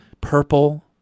purple